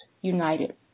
United